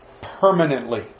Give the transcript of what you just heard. permanently